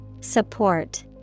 Support